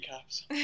Caps